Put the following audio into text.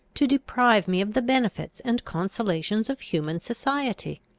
to deprive me of the benefits and consolations of human society?